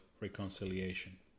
reconciliation